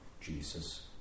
Jesus